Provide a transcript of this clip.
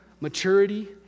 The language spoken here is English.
maturity